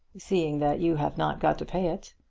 seeing that you have not got to pay it?